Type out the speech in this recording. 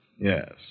Yes